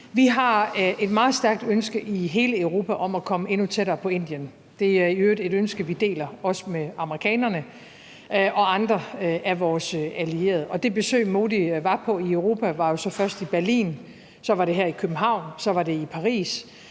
Vi har et meget stærkt ønske i hele Europa om at komme endnu tættere på Indien. Det er i øvrigt et ønske, vi deler med amerikanerne og andre af vores allierede. Og det besøg, Modi var på i Europa, foregik jo så først i Berlin, så var det her i København, og så var det i Paris,